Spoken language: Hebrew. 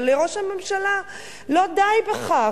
אבל לראש הממשלה לא די בכך,